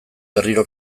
berriro